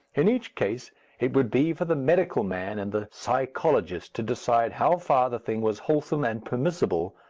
in each case it would be for the medical man and the psychologist to decide how far the thing was wholesome and permissible,